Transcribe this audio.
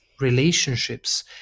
relationships